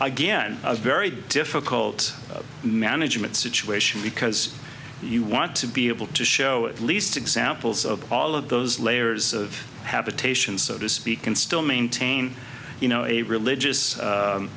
again a very difficult management situation because you want to be able to show at least examples of all of those layers of habitation so to speak and still maintain you know a religious